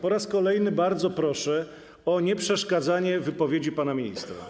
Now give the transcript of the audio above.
Po raz kolejny bardzo proszę o nieprzeszkadzanie w wypowiedzi pana ministra.